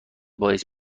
باعث